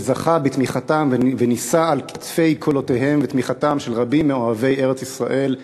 שזכה בתמיכתם ונישא על כתפי קולותיהם ותמיכתם של רבים מאוהבי ארץ-ישראל.